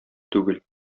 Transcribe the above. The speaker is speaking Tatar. түгел